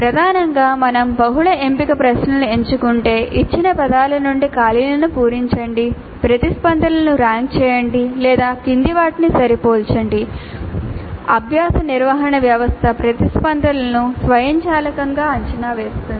ప్రధానంగా మేము బహుళ ఎంపిక ప్రశ్నలను ఎంచుకుంటే ఇచ్చిన పదాల నుండి ఖాళీలను పూరించండి ప్రతిస్పందనలను ర్యాంక్ చేయండి లేదా కింది వాటికి సరిపోలండి అభ్యాస నిర్వహణ వ్యవస్థ ప్రతిస్పందనలను స్వయంచాలకంగా అంచనా వేస్తుంది